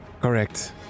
correct